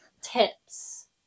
tips